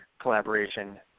collaboration